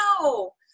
no